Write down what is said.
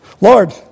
Lord